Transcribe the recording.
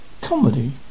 comedy